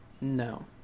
No